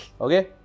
Okay